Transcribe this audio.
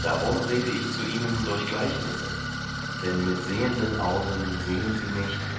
darum rede ich zu ihnen durch gleichnisse denn mit sehenden augen sehen sie nicht